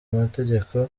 amategeko